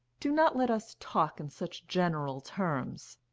do not let us talk in such general terms.